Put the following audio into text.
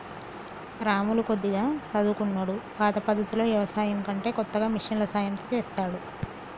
రాములు కొద్దిగా చదువుకున్నోడు పాత పద్దతిలో వ్యవసాయం కంటే కొత్తగా మిషన్ల సాయం తో చెస్తాండు